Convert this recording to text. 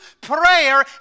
prayer